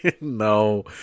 No